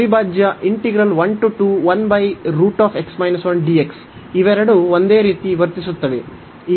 ಅವಿಭಾಜ್ಯ ಇವೆರಡೂ ಒಂದೇ ರೀತಿ ವರ್ತಿಸುತ್ತವೆ